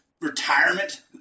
retirement